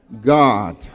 God